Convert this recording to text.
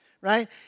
right